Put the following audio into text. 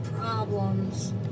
problems